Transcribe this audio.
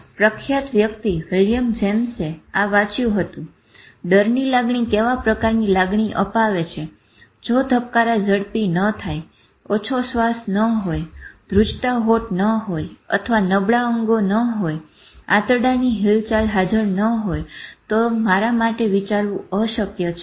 આ પ્રખ્યાત વ્યક્તિ વિલીયમ જેમ્સએ આ વાચ્યું હતું "ડરની લાગણી કેવા પ્રકારની લાગણી અપાવે છે જો ધાભ્કારા ઝડપી ન થાય ઓછો શ્વાસ ન હોય ધ્રુજતા હોઠ ન હોય અથવા નબળા અંગો ન હોય આંતરડાની હિલચાલ હાજર ન હોય તો મારા માટે વિચારવું અશક્ય છે